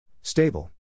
Stable